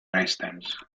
residence